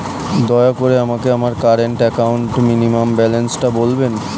দয়া করে আমাকে আমার কারেন্ট অ্যাকাউন্ট মিনিমাম ব্যালান্সটা বলেন